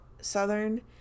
Southern